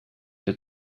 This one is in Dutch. dit